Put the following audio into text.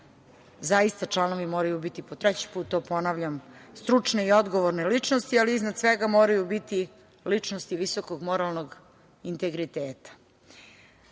zaista članovi moraju biti po treći put, ponavljam, stručne i odgovorne ličnosti ali iznad svega moraju biti ličnosti visokog moralnog integriteta